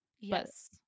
Yes